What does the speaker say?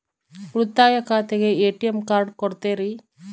ಉಳಿತಾಯ ಖಾತೆಗೆ ATM card ಕೊಡ್ತೇರಿ?